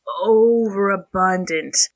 Overabundant